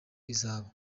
izaba